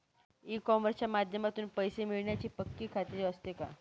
E कॉमर्सच्या माध्यमातून पैसे मिळण्याची पक्की खात्री असते का?